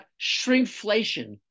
shrinkflation